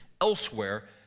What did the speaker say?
elsewhere